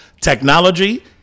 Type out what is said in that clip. Technology